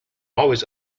always